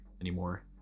anymore